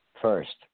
first